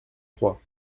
trois